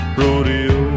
rodeo